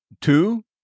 Two